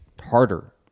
harder